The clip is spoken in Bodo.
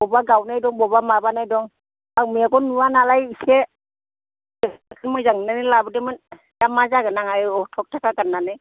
बबेबा गावनाय दं बबेबा माबानाय दं आं मेगन नुवा नालाय एसे मोजां नंनानै लाबोदोंमोन दा मा जागोन आङो आय' एथ' थाखा गारनानै